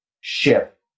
ship